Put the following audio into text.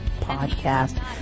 Podcast